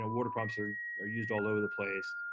ah water pumps are are used all over the place.